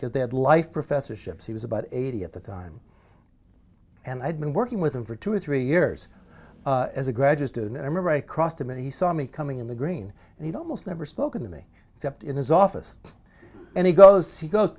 because they had life professorships he was about eighty at the time and i'd been working with him for two or three years as a graduate student i remember i crossed him and he saw me coming in the green and you know most never spoken to me except in his office and he goes he goes